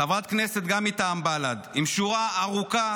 חברת כנסת גם מטעם בל"ד, עם שורה ארוכה